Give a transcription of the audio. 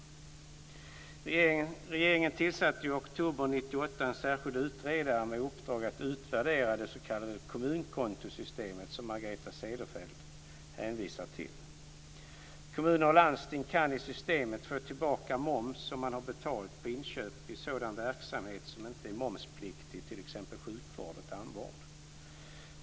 Regeringen tillsatte i oktober 1998 en särskild utredare med uppdrag att utvärdera det s.k. kommunkontosystemet, som Margareta Cederfelt hänvisar till. Kommuner och landsting kan i systemet få tillbaka moms som de har betalat på inköp i sådan verksamhet som inte är momspliktig, t.ex. sjukvård och tandvård.